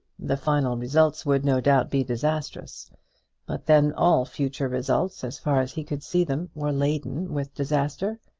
the final results would, no doubt, be disastrous but then, all future results, as far as he could see them, were laden with disaster.